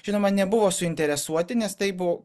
žinoma nebuvo suinteresuoti nes tai buvo